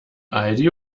aldi